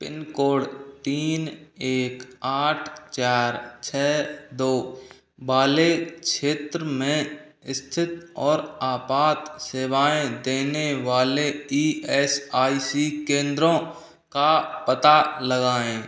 pin code तीन एक आठ चार छ दो वाले क्षेत्र में स्थित और आपात सेवाएँ देने वाले इएसआईसी केंद्रों का पता लगाएं